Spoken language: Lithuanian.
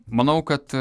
manau kad